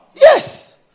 Yes